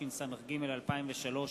התשס"ג 2003,